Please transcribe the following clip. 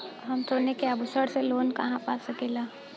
हम सोने के आभूषण से लोन कहा पा सकीला?